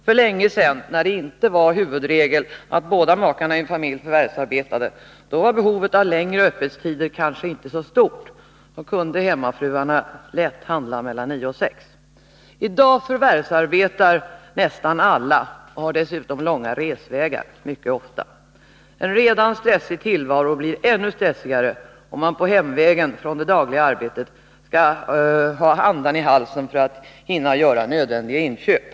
För länge sedan, när det inte var huvudregel att båda makarna i en familj förvärvsarbetade, var behovet av längre öppettider kanske inte så stort. Då kunde hemmafruarna lätt handla mellan kl. 9 och 6. I dag förvärvsarbetar nästan alla, och mycket ofta har de dessutom långa resvägar. 3 En redan stressig tillvaro blir ännu stressigare om man på hemvägen från det dagliga arbetet skall skynda med andan i halsen för att hinna göra nödvändiga inköp.